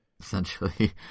essentially